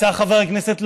ניסה חבר הכנסת לפיד,